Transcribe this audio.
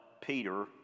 Peter